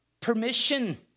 permission